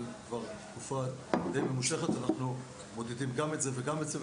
אבל כבר תקופה דיי ממושכת שאנחנו מודדים גם את זה וגם את זה,